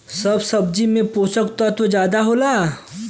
सब सब्जी में पोसक तत्व जादा होला